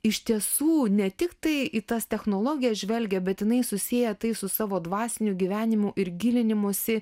iš tiesų ne tik tai į tas technologijas žvelgia bet jinai susieja tai su savo dvasiniu gyvenimu ir gilinimosi